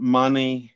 money